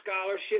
scholarship